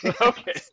Okay